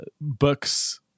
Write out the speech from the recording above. books